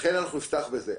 לכן נפתח בזה.